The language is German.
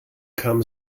kam